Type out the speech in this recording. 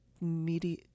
media